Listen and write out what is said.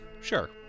Sure